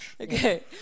Okay